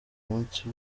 munsi